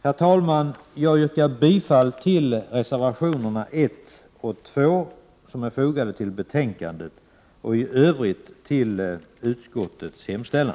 Herr talman! Jag yrkar bifall till reservationerna 1 och 2 som är fogade till betänkandet och i övrigt till utskottets hemställan.